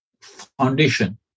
foundation